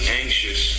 anxious